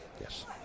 Yes